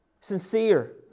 sincere